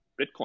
Bitcoin